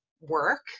work